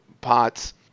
pot's